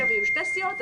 עכשיו יהיו שתי סיעות.